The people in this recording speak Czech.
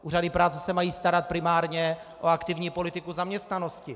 Úřady práce se mají starat primárně o aktivní politiku zaměstnanosti.